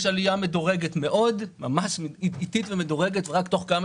יש עלייה איטית ומדורגת מאוד רק תוך כמה